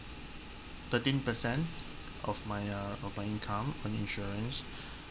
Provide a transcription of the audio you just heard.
thirteen percent of my uh of my income on insurance